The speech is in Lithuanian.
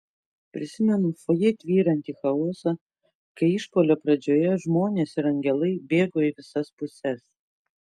prisimenu fojė tvyrantį chaosą kai išpuolio pradžioje žmonės ir angelai bėgo į visas puses